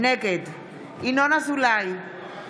נגד ינון אזולאי,